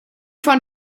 von